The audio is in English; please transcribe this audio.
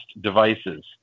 devices